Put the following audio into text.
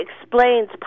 explains